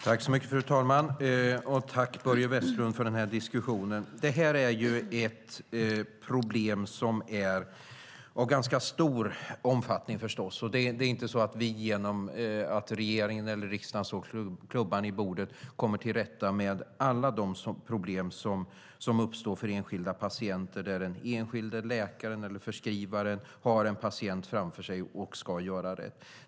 Fru talman! Tack, Börje Vestlund för den här diskussionen. Det här är ett problem av ganska stor omfattning. Det är inte så att vi, genom att talmannen slår klubban i bordet, kommer till rätta med alla de problem som kan uppstå för enskilda patienter där den enskilda läkaren eller förskrivaren har en patient framför sig och ska göra rätt.